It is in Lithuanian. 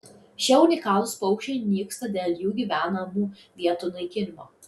šie unikalūs paukščiai nyksta dėl jų gyvenamų vietų naikinimo